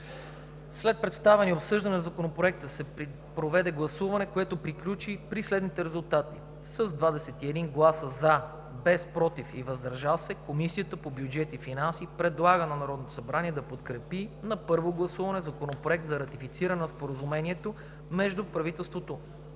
След представяне и обсъждане на Законопроекта се проведе гласуване, което приключи при следните резултати: с 21 гласа „за“, без „против“ и „въздържал се“. Комисията по бюджет и финанси предлага на Народното събрание да подкрепи на първо гласуване Законопроект за ратифициране на Споразумението между правителството